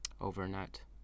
Overnight